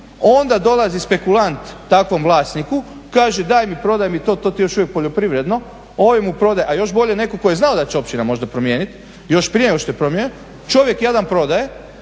onda dolazi spekulant takvom vlasniku kaže daj mi, prodaj mi to to ti je još uvijek poljoprivredno, ovaj mu proda, a još bolje neko ko je znao da će općina možda promijenit još prije nego što je promijenjeno, čovjek jadan prodaje